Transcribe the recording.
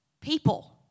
people